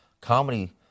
comedy